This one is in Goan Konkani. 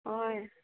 हय